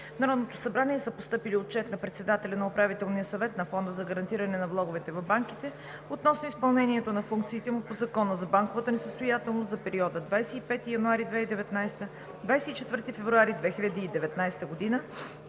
В Народното събрание са постъпили: Отчет на председателя на Управителния съвет на Фонда за гарантиране на влоговете в банките относно изпълнението на функциите му по Закона за банковата несъстоятелност за периода 25 януари – 24 февруари 2019 г.,